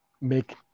make